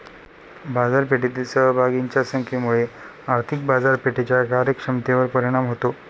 बाजारपेठेतील सहभागींच्या संख्येमुळे आर्थिक बाजारपेठेच्या कार्यक्षमतेवर परिणाम होतो